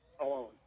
alone